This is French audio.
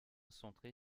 centrée